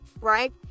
right